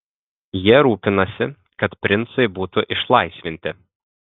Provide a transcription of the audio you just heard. jie rūpinasi kad princai būtų išlaisvinti